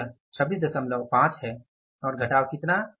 तो यह 265 है और घटाव कितना